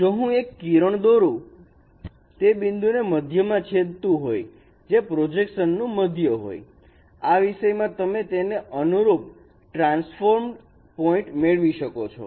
જો હું એક કિરણ દોરું તે બિંદુને મધ્યમાં છેદતું હોય જે પ્રોજેક્શન નું મધ્ય હોય આ વિષયમાં તમે તેને અનુરૂપ ટ્રાન્સફોર્મડ પોઇન્ટ મેળવી શકો છો